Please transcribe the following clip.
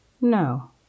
No